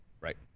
Right